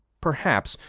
perhaps,